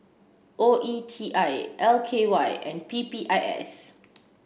O E T I L K Y and P P I S